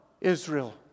Israel